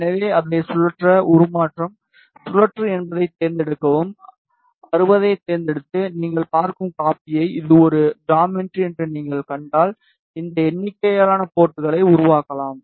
எனவே அதை சுழற்ற உருமாற்றம் சுழற்று என்பதைத் தேர்ந்தெடுக்கவும் 60 ஐத் தேர்ந்தெடுத்து நீங்கள் பார்க்கும் காப்பியை இது ஒரு ஜாமெட்ரி என்று நீங்கள் கண்டால் இந்த எண்ணிக்கையிலான போர்ட்களை உருவாக்கலாம்